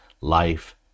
life